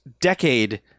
decade